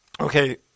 Okay